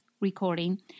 recording